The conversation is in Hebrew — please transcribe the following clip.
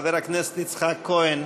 חבר הכנסת יצחק כהן,